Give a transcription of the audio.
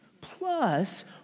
plus